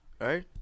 right